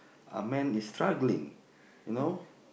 a man is struggling you know